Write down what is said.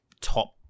top